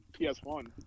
PS1